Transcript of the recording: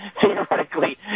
theoretically